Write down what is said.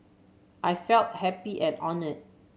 I felt happy and honoured